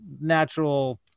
natural